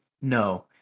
No